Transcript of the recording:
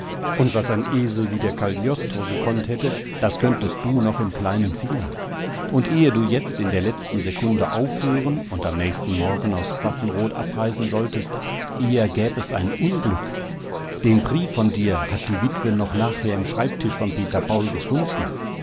und was ein esel wie der cagliostro gekonnt hätte das könntest du noch im kleinen finger und ehe du jetzt in der letzten sekunde aufhören und am nächsten morgen aus pfaffenrod abreisen solltest eher gäb es ein unglück den brief von dir hat die witwe noch nachher im schreibtisch vom peter paul gefunden